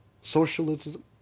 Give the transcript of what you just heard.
Socialism